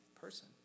person